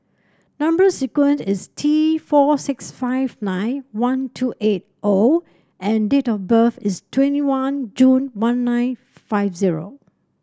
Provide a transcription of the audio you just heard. number sequence is T four six five nine one two eight O and date of birth is twenty one June one nine five zero